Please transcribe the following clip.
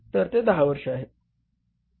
तर ते 10 वर्ष आहे